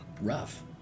rough